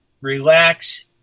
relax